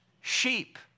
sheep